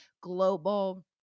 global